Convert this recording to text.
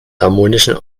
harmonischen